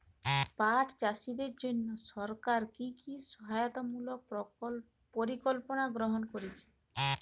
পাট চাষীদের জন্য সরকার কি কি সহায়তামূলক পরিকল্পনা গ্রহণ করেছে?